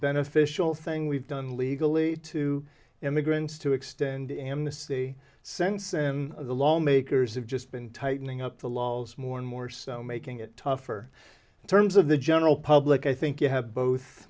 beneficial thing we've done legally to immigrants to extend amnesty sense and the lawmakers have just been tightening up the laws more and more so making it tougher in terms of the general public i think you have both